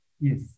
Yes